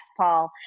Paul